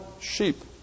sheep